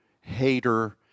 hater